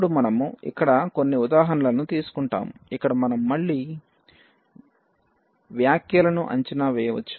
ఇప్పుడు మనము ఇక్కడ కొన్ని ఉదాహరణలను తీసుకుంటాము ఇక్కడ మనం మళ్ళీ వ్యాఖ్యలను అంచనా వేయవచ్చు